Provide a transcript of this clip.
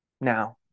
now